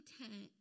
content